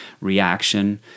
reaction